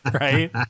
Right